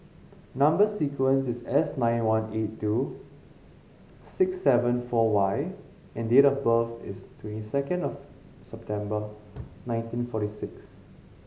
number sequence is S nine one eight two six seven four Y and date of birth is twenty second of September nineteen forty six